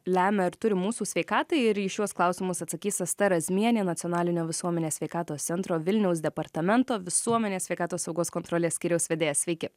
lemia ar turi mūsų sveikatai ir į šiuos klausimus atsakys asta razmienė nacionalinio visuomenės sveikatos centro vilniaus departamento visuomenės sveikatos saugos kontrolės skyriaus vedėja sveiki